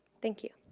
thank you.